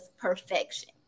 perfection